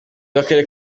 w’akarere